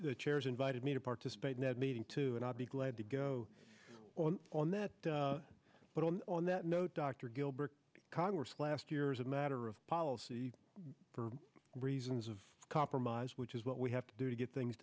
the chairs invited me to participate in that meeting too and i'd be glad to go on that but on that note dr gilbert congress last year as a matter of policy for reasons of compromise which is what we have to do to get things